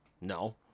No